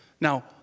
Now